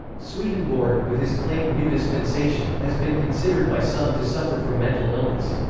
swedenborg, with his claimed new dispensation, has been considered by some to suffer from mental illness.